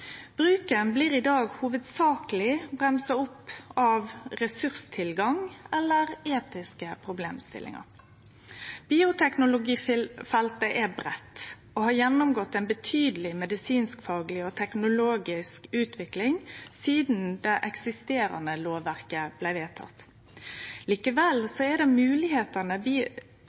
Bruken blir i dag hovudsakeleg bremsa opp av ressurstilgang eller etiske problemstillingar. Bioteknologifeltet er breitt og har gjennomgått ein betydeleg medisinfagleg og teknologisk utvikling sidan det eksisterande lovverket blei vedteke. Likevel er det